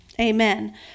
Amen